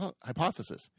hypothesis